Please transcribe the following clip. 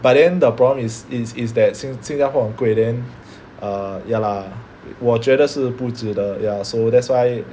but then the problem is is is that 新新加坡很贵 then err ya lah 我觉得是不值得 ya so that's why